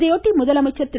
இதையொட்டி முதலமைச்சர் திரு